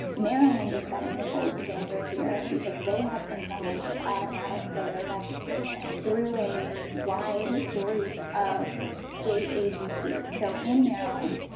maryland is setting the gold standard here, because they have implemented automatic voter registration through a wide group of state agencies, so in maryland,